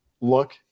look